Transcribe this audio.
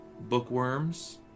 bookworms